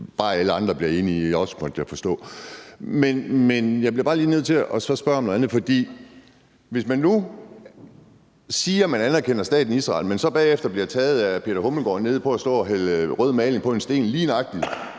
bare alle andre også bliver enige, måtte jeg forstå. Men jeg bliver bare lige nødt til at spørge om noget andet, for hvis man nu siger, at man anerkender staten Israel, men så bagefter bliver taget af justitsministeren for at stå og hælde rød maling på en sten lige nøjagtig